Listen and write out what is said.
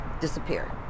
disappear